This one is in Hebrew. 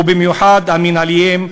ובמיוחד המינהליים,